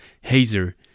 HAZER